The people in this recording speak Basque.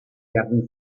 jardun